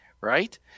right